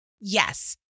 Yes